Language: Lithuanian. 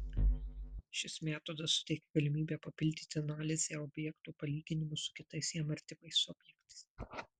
šis metodas suteikia galimybę papildyti analizę objekto palyginimu su kitais jam artimais objektais